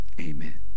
amen